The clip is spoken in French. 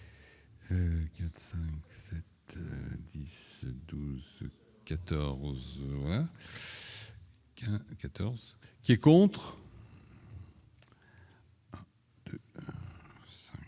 Qui est contre.